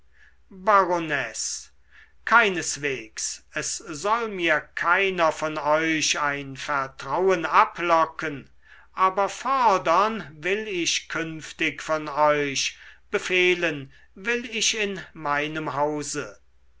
baronesse keinesweges es soll mir keiner von euch ein vertrauen ablocken aber fordern will ich künftig von euch befehlen will ich in meinem hause